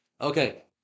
Okay